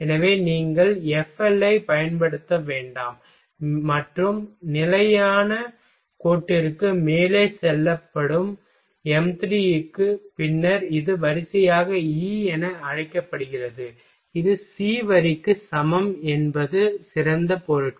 எனவே நீங்கள் FL ஐப் பயன்படுத்த வேண்டாம் மற்றும் நிலையான கோட்டிற்கு மேலே சொல்லப்படும் m3 க்கு பின்னர் இது வரிசையாக E என அழைக்கப்படுகிறது இது C வரிக்கு சமம் என்பது சிறந்த பொருட்கள்